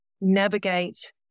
navigate